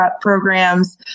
programs